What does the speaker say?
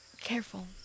careful